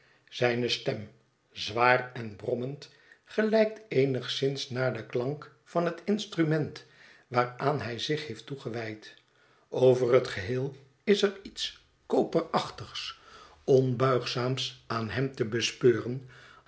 zijne stem zwaar en brommend gelijkt eenigszins naar den klank van het instrument waaraan hij zich heeft toegewijd over het geheel is er iets koperachtigs onbuigzaams aan hem te bespeuren